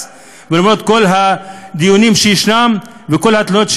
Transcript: ולמרות כל הדיונים שיש וכל התלונות.